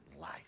life